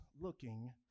looking